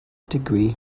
degree